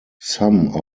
some